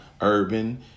urban